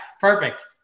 Perfect